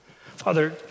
Father